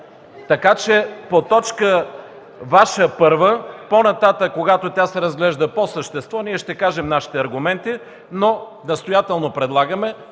Така че по точка – Ваша първа, по-нататък, когато тя се разглежда по същество, ние ще кажем нашите аргументи, но настоятелно предлагаме